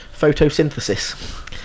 photosynthesis